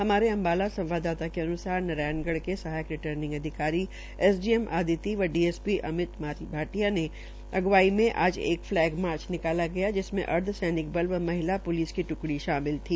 हमारे अम्बाला संवाददाता के अन्सार नारायणगढ़ के सहायक रिटार्निंग अधिकारी एसडीएम अद्वितीय व डीएसपी अमित की अग्रवाई में आज एक फलैग मार्च निकाला गया जिसमें अर्धसैनिक बल व महिला प्लिस की ट्कड़ी शामिल थी